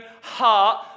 heart